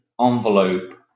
envelope